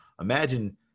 imagine